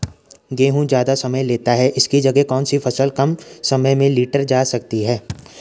गेहूँ ज़्यादा समय लेता है इसकी जगह कौन सी फसल कम समय में लीटर जा सकती है?